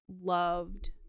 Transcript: loved